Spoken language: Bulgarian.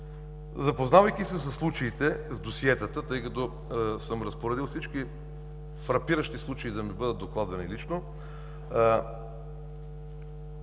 запознавайки се със случаите, с досиетата, тъй като съм разпоредил всички фрапиращи случаи да ми бъдат докладвани лично,